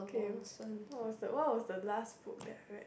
K what was the what was the last book that I read